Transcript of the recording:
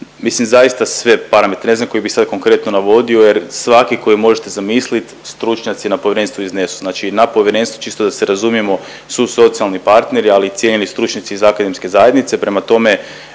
mislim zaista sve parametre, ne znam koje bih sad konkretno navodio jer svaki koji možete zamislit, stručnjaci na povjerenstvu iznesu. Znači na povjerenstvu, čisto da se razumijemo su socijalni partneri, ali i cijenjeni stručnjaci iz akademske zajednice, prema tome,